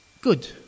good